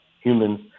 humans